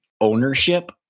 ownership